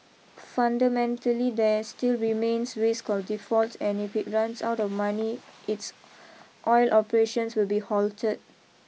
fundamentally there still remains risk of defaults and if it runs out of money its oil operations will be halted